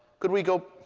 could we go